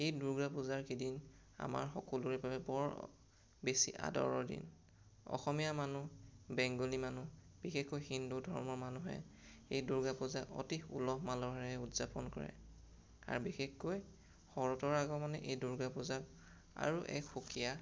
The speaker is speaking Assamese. এই দুৰ্গা পূজাৰ কেইদিন আমাৰ সকলোৱে বাবে বৰ বেছি আদৰৰ দিন অসমীয়া মানুহ বেংগলী মানুহ বিশেষকৈ হিন্দু ধৰ্মৰ মানুহে এই দুৰ্গা পূজা অতি উলহ মালহেৰে উদযাপন কৰে আৰু বিশেষকৈ শৰতৰ আগমনে এই দুৰ্গা পূজাক আৰু এক সুকীয়া